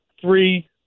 three